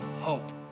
hope